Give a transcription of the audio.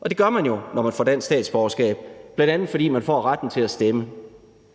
Og det gør man jo, når man får dansk statsborgerskab, bl.a. fordi man får retten til at stemme.